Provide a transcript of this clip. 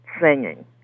singing